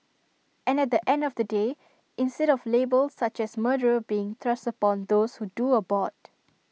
and at the end of the day instead of labels such as murderer being thrust upon those who do abort